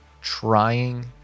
trying